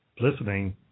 listening